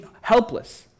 helpless